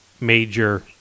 major